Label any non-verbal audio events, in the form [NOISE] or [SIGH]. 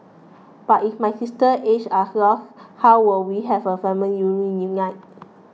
but if my sister's ashes are [UNINTELLIGIBLE] how will we have a family [UNINTELLIGIBLE]